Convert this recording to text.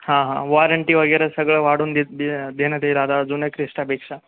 हां हां वॉरंटी वगैरे सगळं वाढून दे दे देण्यात ये रादा जुन्या क्रिस्टापेक्षा